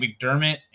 McDermott